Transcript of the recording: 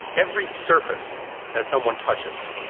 every surface that someone. hushes,